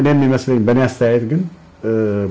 and then you must be